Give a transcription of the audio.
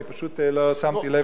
אני פשוט לא שמתי לב,